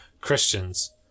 Christians